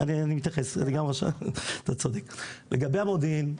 לגבי המודיעין,